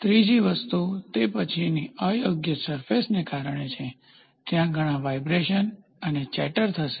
ત્રીજી વસ્તુ તે પછીની અયોગ્ય સરફેસને કારણે છે ત્યાં ઘણાં વાઈબ્રેશન અને ચેટર થશે